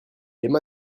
aima